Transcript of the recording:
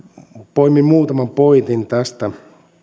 poimin muutaman pointin tästä